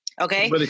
Okay